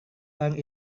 orang